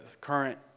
current